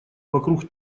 вокруг